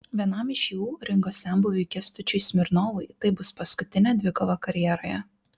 vienam iš jų ringo senbuviui kęstučiui smirnovui tai bus paskutinė dvikova karjeroje